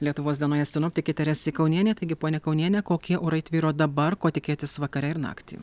lietuvos dienoje sinoptikė teresė kaunienė taigi pone kauniene kokie orai tvyro dabar ko tikėtis vakare ir naktį